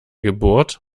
geburt